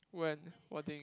when what thing